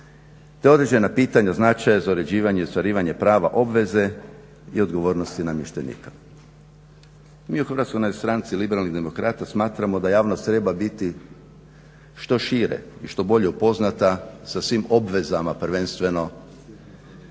te određena pitanja od značaja za uređivanje i ostvarivanje prava obveze i odgovornosti namještenika. Mi u HNS-a Liberalnih demokrata smatramo da javnost treba biti što šire i što bolje upoznata sa svim obvezama prvenstveno